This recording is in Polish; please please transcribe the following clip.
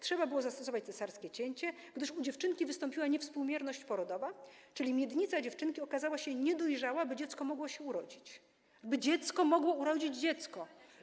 Trzeba było zastosować cesarskie cięcie, gdyż u dziewczynki wystąpiła niewspółmierność porodowa, czyli miednica dziewczynki okazała się niedojrzała do tego, by dziecko mogło się urodzić, by dziecko mogło urodzić dziecko.